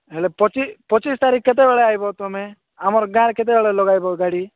ହେଲେ ପଚିଶ ପଚିଶ ତାରିଖ କେତେବେଳେ ଆଇବ ତୁ ତୁମେ ଆମର୍ ଗାଁରେ କେତେବେଳେ ଲଗାଇବ ଗାଡ଼ି